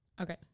Okay